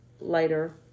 later